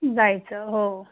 जायचं हो